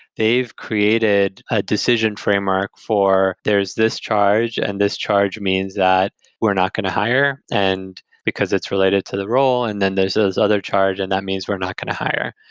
they've created a decision framework for, there's this charge, and this means that we're not going to hire, and because it's related to the role. and then those those other charge and that means we're not going to hire.